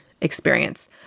experience